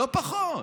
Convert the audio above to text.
לא פחות.